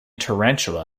tarantula